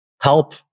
help